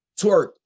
Twerk